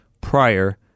prior